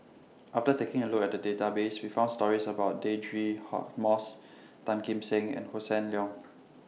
after taking A Look At The Database We found stories about Deirdre Hot Moss Tan Kim Seng and Hossan Leong